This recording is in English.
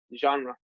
genre